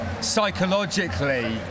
psychologically